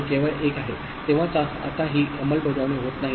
आणि केवळ 1 आहे तेव्हाच आता ही अंमलबजावणी होत नाही